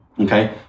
Okay